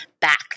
back